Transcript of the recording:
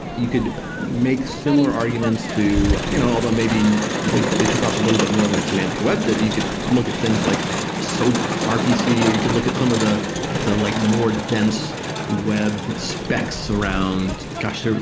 you could make similar arguments to you know although maybe they took off a little bit more than semantic web did. you you could look at things like soap, rpc or you could look at some of the the like more dense web specs around gosh!